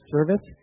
Service